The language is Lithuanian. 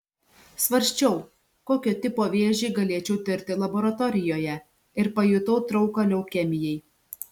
svarsčiau kokio tipo vėžį galėčiau tirti laboratorijoje ir pajutau trauką leukemijai